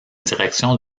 direction